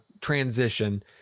transition